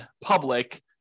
public